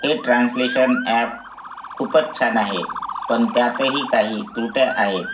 हे translation app खूपच छान आहे पण त्यातही काही त्रुटी आहेत